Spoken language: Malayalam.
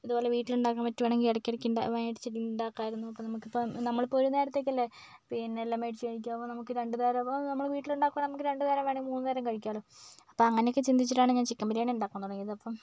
ഇതുപോലെ വീട്ടിലുണ്ടാക്കാൻ പറ്റുകയാണെങ്കിൽ ഇടയ്ക്കിടയ്ക്ക് ഉണ്ട മേടിച്ചിട്ട് ഉണ്ടാക്കാമായിരുന്നു അപ്പോൾ നമുക്കിപ്പം നമ്മളിപ്പോൾ ഒരു നേരത്തേക്കല്ലേ പിന്നെ മേടിച്ച് കഴിക്കൂ അപ്പോൾ നമുക്ക് രണ്ട് നേരമാകുമ്പോൾ നമ്മുടെ വീട്ടില് ഉണ്ടാക്കുമ്പോൾ നമുക്ക് രണ്ട് നേരം വേണേൽ മൂന്ന് നേരം കഴിക്കാമല്ലൊ അപ്പോൾ അങ്ങനെയൊക്കെ ചിന്തിച്ചിട്ടാണ് ഞാൻ ചിക്കൻ ബിരിയാണി ഉണ്ടാക്കാൻ തുടങ്ങിയത് അപ്പം